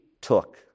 took